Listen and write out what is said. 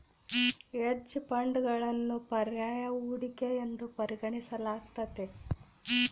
hedge ಫಂಡ್ಗಳನ್ನು ಪರ್ಯಾಯ ಹೂಡಿಕೆ ಎಂದು ಪರಿಗಣಿಸಲಾಗ್ತತೆ